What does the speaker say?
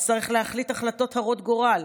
תצטרך להחליט החלטות הרות גורל,